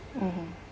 mmhmm